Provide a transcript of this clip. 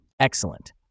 Excellent